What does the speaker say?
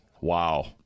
Wow